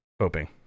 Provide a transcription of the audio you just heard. hoping